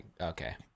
okay